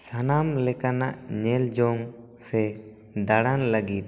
ᱥᱟᱱᱟᱢ ᱞᱮᱠᱟᱱᱟᱜ ᱧᱮᱞ ᱡᱚᱝ ᱥᱮ ᱫᱟᱲᱟᱱ ᱞᱟᱹᱜᱤᱫ